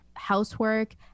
housework